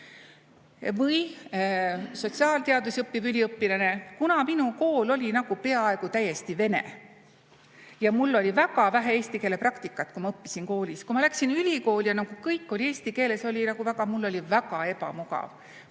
Või sotsiaalteadusi õppiv üliõpilane: "Kuna minu kool oli nagu peaaegu täiesti vene ja mul oli väga vähe eesti keele praktikat, kui ma õppisin koolis, kui ma läksin ülikooli ja nagu kõik oli eesti keeles, oli nagu väga ... mul oli väga ebamugav."